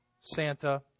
santa